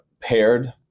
paired